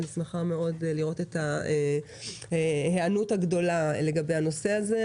ואני שמחה מאוד לראות את ההיענות הגדולה לגבי הנושא הזה.